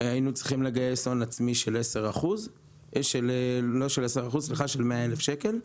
היינו צריכים לגייס הון עצמי של 100 אלף שקל.